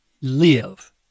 live